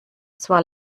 zwar